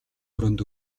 өрөөнд